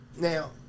Now